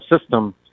system